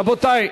רבותי,